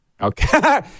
Okay